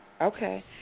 Okay